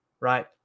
Right